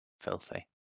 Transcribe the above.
Filthy